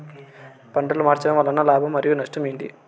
పంటలు మార్చడం వలన లాభం మరియు నష్టం ఏంటి